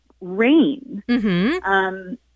rain